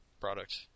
product